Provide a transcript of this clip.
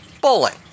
bowling